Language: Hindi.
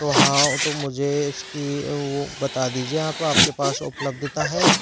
तो हाँ तो मुझे उसकी वो बता दीजिए आप आप के पास उपलब्धता है